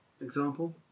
Example